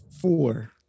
four